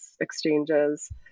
exchanges